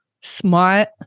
smart